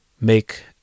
make